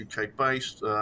UK-based